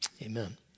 Amen